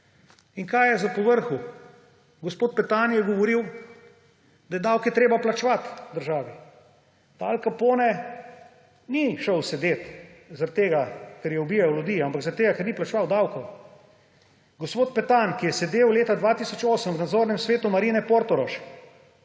In kaj je za povrhu? Gospod Petan je govoril, da je davke treba plačevati državi. Al Capone ni šel sedet zaradi tega, ker je ubijal ljudi, ampak zaradi tega, ker ni plačeval davkov. Gospod Petan, ki je sedel leta 2008 v nadzornem svetu Marine Portorož,